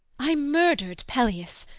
i murdered pelias,